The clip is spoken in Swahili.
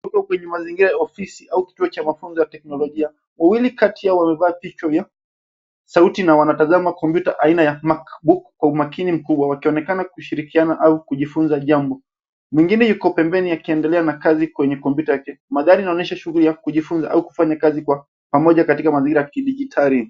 Kwenye mazingira ya ofisi au kituo cha mafunzo ya teknolojia. Wawili kati yao wamevaa vichwa vya sauti na wanatazama kompyuta aina ya MacBook kwa umakini mkubwa wakionekana kushirikiana au kujifunza jambo. Mwingine yuko pembeni akiendelea na kazi kwenye kompyuta yake. Mandhari yanaonyesha shughuli ya kujifunza au kufanya kazi kwa pamoja katika mazingira ya kidigitali.